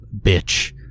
bitch